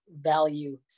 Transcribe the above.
value